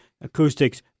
acoustics